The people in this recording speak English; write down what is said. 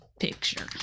picture